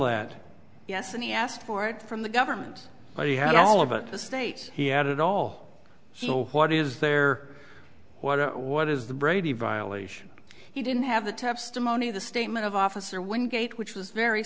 that yes and he asked for it from the government but he had all of the states he had it all so what is there what what is the brady violation he didn't have the testimony of the statement of officer wingate which was very